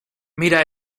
mira